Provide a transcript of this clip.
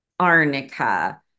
Arnica